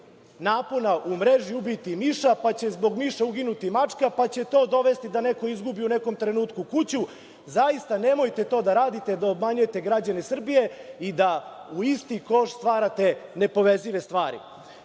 napona u mreži ubiti miša, pa će zbog miša uginuti mačka, pa će to dovesti da neko izgubi u nekom trenutku kuću. Zaista nemojte to da radite, da obmanjujete građane Srbije i da u isti koš stavljate nepovezive stvari. Juče